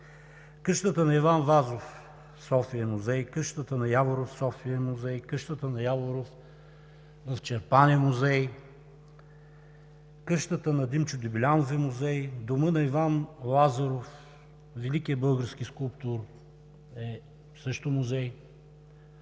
къщата на Иван Вазов в София е музей, къщата на Яворов в София е музей, къщата на Яворов в Чирпан е музей, къщата на Димчо Дебелянов е музей, домът на Иван Лазаров – великият български скулптор, също е музей,